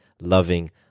loving